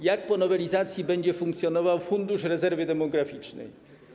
Jak po nowelizacji będzie funkcjonował Fundusz Rezerwy Demograficznej?